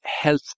health